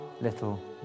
little